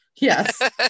Yes